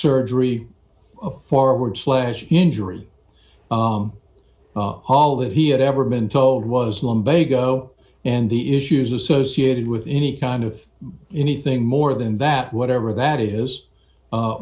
surgery of forward slash injury all that he had ever been told was lumbago and the issues associated with any kind of anything more than that whatever that is